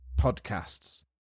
Podcasts